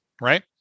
right